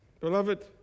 Beloved